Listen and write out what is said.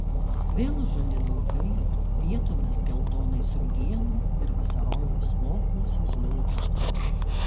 vėl žali laukai vietomis geltonais rugienų ir vasarojaus lopais užlopyti